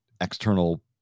external